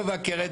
אני לא מבקר את